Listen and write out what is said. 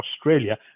Australia